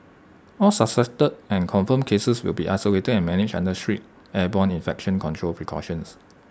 all suspected and confirmed cases will be isolated and managed under strict airborne infection control precautions